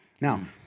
Now